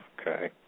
Okay